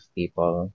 people